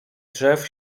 drzew